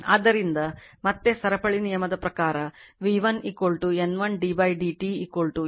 ಆದ್ದರಿಂದ ಮತ್ತೆ ಸರಪಳಿ ನಿಯಮದ ಪ್ರಕಾರ v1 N 1 d dt N 1 d di2 di2 di2 dt